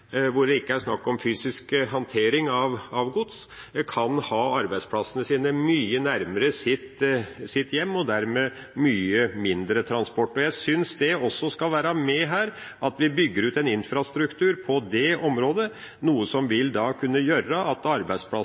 hvor det ikke er snakk om fysisk håndtering av gods, kan ha arbeidsplassene sine mye nærmere sitt hjem, noe som dermed vil føre til mye mindre transport. Jeg synes også det med at vi må bygge ut en infrastruktur på det området, må være med her, noe som vil kunne gjøre at arbeidsplasser